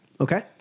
Okay